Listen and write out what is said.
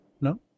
No